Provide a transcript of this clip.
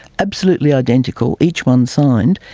absolutely identical, each one signed.